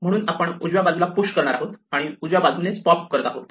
म्हणून आपण उजव्या बाजूला पुश करणार आहोत आणि उजव्या बाजूनेच पॉप करत आहोत